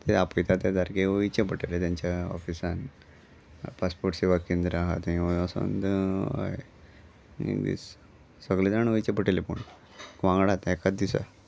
ते आपयता ते सारके वयचें पडटलें तेंच्या ऑफिसान पासपोट सेवा केंद्र आहा थंय वसंद हय दीस सगळें जाण वयचें पडटलें पूण वांगडा एकाच दिसा